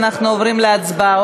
אנחנו עוברים להצבעות.